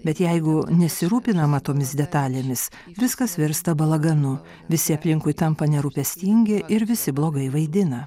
bet jeigu nesirūpinama tomis detalėmis viskas virsta balaganu visi aplinkui tampa nerūpestingi ir visi blogai vaidina